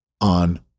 on